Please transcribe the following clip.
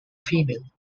female